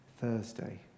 Thursday